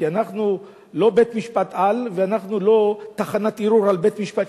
כי אנחנו לא בית-משפט-על ואנחנו לא תחנת ערעור על בית-משפט,